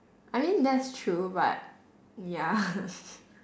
I mean that's true but ya